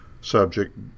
subject